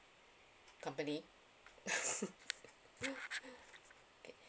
company